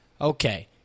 okay